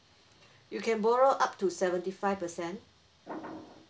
you can borrow up to seventy five percent